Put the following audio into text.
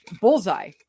Bullseye